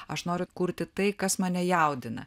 aš noriu kurti tai kas mane jaudina